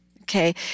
Okay